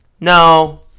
No